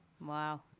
Wow